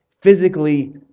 physically